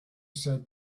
said